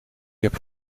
heb